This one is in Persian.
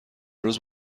روز